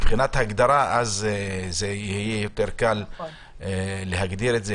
מבחינת ההגדרה יהיה קל יותר להגדיר את זה,